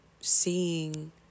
seeing